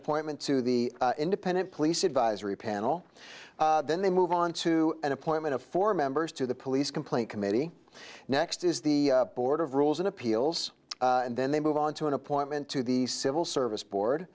appointment to the independent police advisory panel then they move on to an appointment of four members to the police complaint committee next is the board of rules and appeals and then they move on to an appointment to the civil service board